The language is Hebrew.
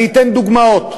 אני אתן דוגמאות: